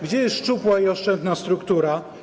Gdzie jest szczupła i oszczędna struktura?